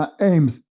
aims